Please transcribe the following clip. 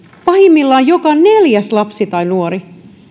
pahimmillaan joka neljäs lapsi tai nuori